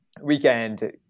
weekend